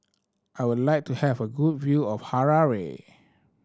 I would like to have a good view of Harare